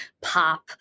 pop